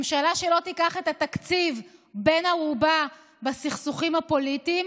ממשלה שלא תיקח את התקציב בן ערובה בסכסוכים הפוליטיים,